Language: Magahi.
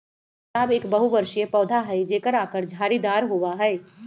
गुलाब एक बहुबर्षीय पौधा हई जेकर आकर झाड़ीदार होबा हई